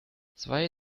zwei